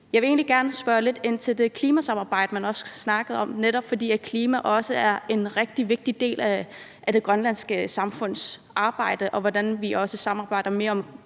Jeg vil egentlig gerne spørge lidt ind til det klimasamarbejde, man også har snakket om, netop fordi klimaet er en rigtig vigtig del af det grønlandske samfunds arbejde, og hvordan vi samarbejder om